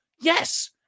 Yes